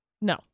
No